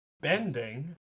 Bending